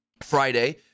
Friday